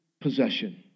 possession